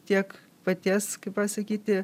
tiek paties kaip pasakyti